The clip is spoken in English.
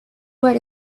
were